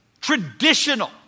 traditional